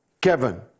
Kevin